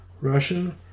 Russian